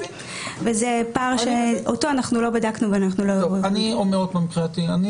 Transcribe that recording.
וזה פער שאותו אנחנו לא בדקנו ואנחנו לא --- אני חסיד